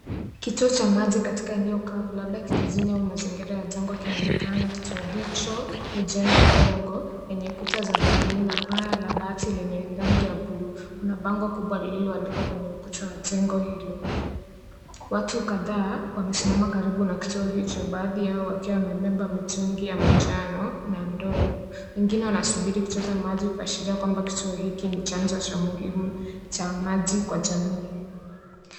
Kituo cha maji katika eneo kavu labda kijijini au mazingira ya jangwa kinaonekana. Kituo hicho ni jengo ndogo lenye kuta bluu na paa la bati lenye rangi ya bluu. Kuna bango kumbwa lililoandikwa kwenye ukuta wa jengo hilo. Watu kadhaa wamesimama karibu na kituo hicho baadhi yao wakiwa wamebeba mitungi ya manjano na ndoo. Wengine wanasubiri kuchota maji kashiria kwamba kituo hiki ni chanzo cha muhimu cha maji kwa jamii.